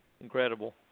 Incredible